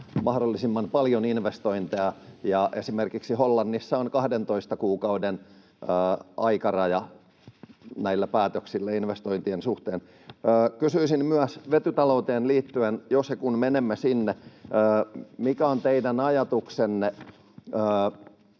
mahdollisimman paljon investointeja, ja esimerkiksi Hollannissa on 12 kuukauden aikaraja näille päätöksille investointien suhteen. Kysyisin myös vetytalouteen liittyen, jos ja kun menemme sinne, mikä on teidän ajatuksenne